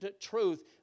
truth